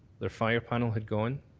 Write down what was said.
their fire panel had gone,